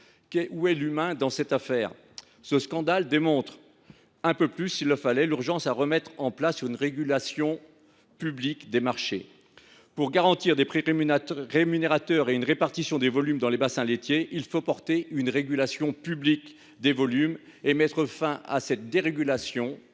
Où est l’humain dans cette affaire ? Ce scandale démontre un peu plus, s’il le fallait, l’urgence qu’il y a à remettre en place une régulation publique des marchés. Pour garantir des prix rémunérateurs et une répartition des volumes dans les bassins laitiers, il faut instaurer une régulation publique des volumes, et mettre fin à cette dérégulation